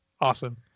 Awesome